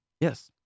Yes